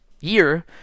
year